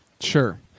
Sure